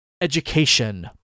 education